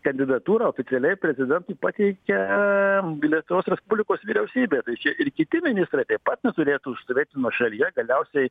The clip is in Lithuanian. kandidatūrą oficialiai prezidentui pateikia lietuvos respublikos vyriausybė tai čia ir kiti ministrai taip pat neturėtų stovėti nuošalyje galiausiai